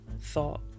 thought